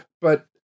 but-